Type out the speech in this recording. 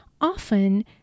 often